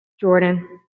Jordan